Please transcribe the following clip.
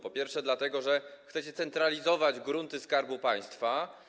Po pierwsze dlatego, że chcecie centralizować grunty Skarbu Państwa.